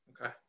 Okay